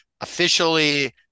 Officially